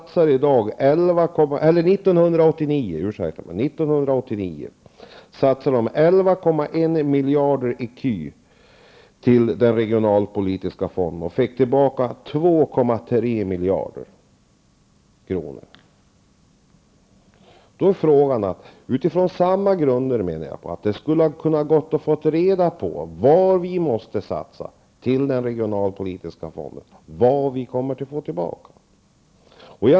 Tyskland satsade 1989 11,1 miljarder ecu till den regionalpolitiska fonden, och man fick tillbaka 2,3 miljarder. Utifrån samma grunder borde det ha gått att ta reda på hur mycket vi måste satsa till den regionalpolitiska fonden och hur mycket vi får tillbaka.